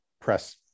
press